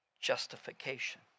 justification